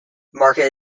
market